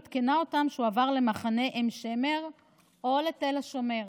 היא עדכנה אותם שהוא עבר למחנה עין שמר או לתל השומר.